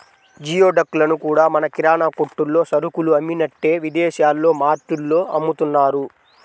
geoduck లను కూడా మన కిరాణా కొట్టుల్లో సరుకులు అమ్మినట్టే విదేశాల్లో మార్టుల్లో అమ్ముతున్నారు